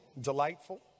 delightful